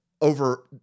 over